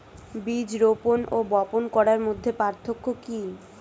বীজ রোপন ও বপন করার মধ্যে পার্থক্য কি?